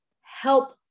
help